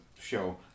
show